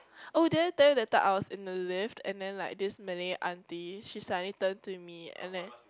oh did I tell you that time I was in the lift and then like this Malay auntie she suddenly turn to me and